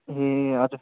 ए हजुर